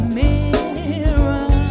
mirror